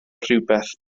rhywbeth